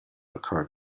occurred